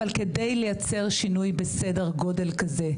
אבל כדי לייצר שינוי בסדר גודל כזה,